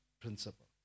principle